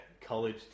College